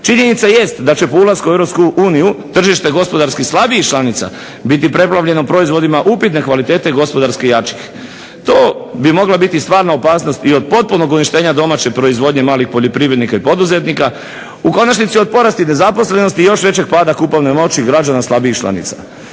Činjenica jest da će po ulasku u Europsku uniju tržište gospodarski slabijih članica biti preplavljeno proizvodima upitne kvalitete i gospodarski jačih. To bi mogla biti stvarna opasnost i od potpunog uništenja domaće proizvodnje malih poljoprivrednika i poduzetnika. U konačnici od porasti nezaposlenosti i još većeg pada kupovne moći građana slabijih članica.